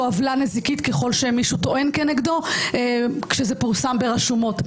עוולה נזיקית ככל שמישהו טוען כנגדו כשזה פורסם ברשומות.